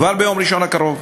כבר ביום ראשון הקרוב.